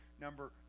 number